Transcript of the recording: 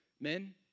Men